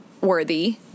worthy